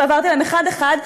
ועברתי עליהם אחד-אחד,